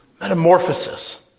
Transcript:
Metamorphosis